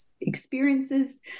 experiences